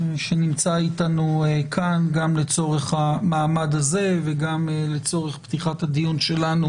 שנמצא איתנו כאן גם לצורך המעמד הזה וגם לצורך פתיחת הדיון שלנו